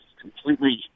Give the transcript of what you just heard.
completely